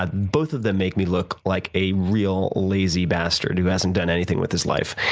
ah both of them make me look like a real lazy bastard who hasn't done anything with his life,